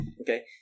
Okay